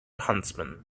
huntsman